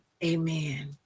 amen